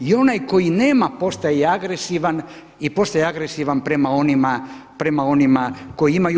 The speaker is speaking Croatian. I onaj koji nema postaje i agresivan i postaje i agresivan prema onima koji imaju.